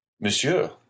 Monsieur